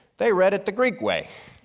they read it the greek way.